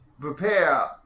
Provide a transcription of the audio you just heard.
Prepare